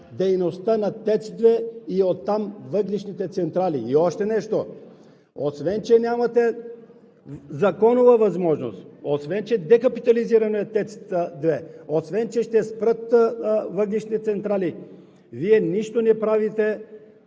дейността на ТЕЦ 2, и оттам – въглищните централи. И още нещо, освен че нямате законова възможност, освен че е декапитализиран ТЕЦ 2, освен че ще спрат въглищни централи, Вие нищо не правите